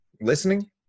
listening